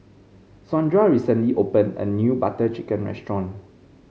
Saundra recently opened a new Butter Chicken restaurant